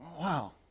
Wow